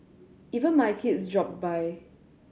even my kids dropped by